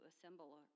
assemble